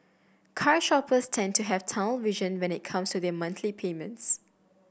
car shoppers tend to have tunnel vision when it comes to their monthly payments